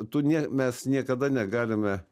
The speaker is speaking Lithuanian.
tu ne mes niekada negalime